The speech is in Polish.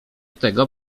tego